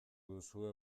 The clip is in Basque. duzue